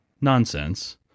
nonsense